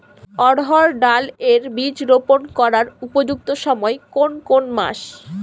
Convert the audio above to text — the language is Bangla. অড়হড় ডাল এর বীজ রোপন করার উপযুক্ত সময় কোন কোন মাস?